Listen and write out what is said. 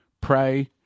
Pray